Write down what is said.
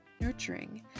nurturing